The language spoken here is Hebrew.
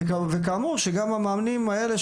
וכאמור שגם המאמנים האלה,